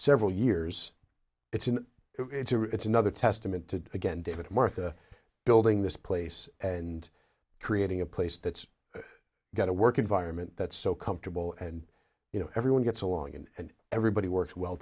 several years it's an it's another testament to again david martha building this place and creating a place that's got a work environment that's so comfortable and you know everyone gets along and everybody works well